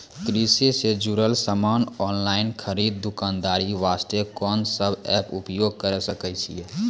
कृषि से जुड़ल समान ऑनलाइन खरीद दुकानदारी वास्ते कोंन सब एप्प उपयोग करें सकय छियै?